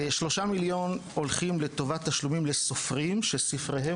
3 מיליון הולכים לטובת תשלומים לסופרים שספריהם